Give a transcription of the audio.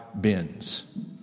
Bins